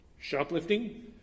shoplifting